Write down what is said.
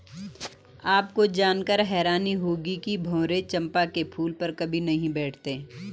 आपको जानकर हैरानी होगी कि भंवरे चंपा के फूल पर कभी नहीं बैठते